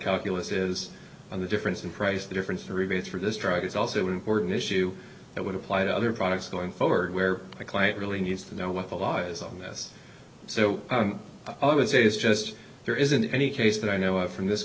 calculus is and the difference in price the difference to rebates for this drug is also an important issue that would apply to other products going forward where the client really needs to know what the law is on this so i was it is just there isn't any case that i know of from this